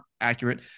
accurate